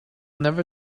never